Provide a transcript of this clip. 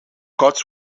cuts